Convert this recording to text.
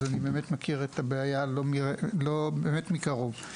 אז אני באמת מכיר את הבעיה באמת מקרוב.